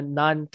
non